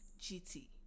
GT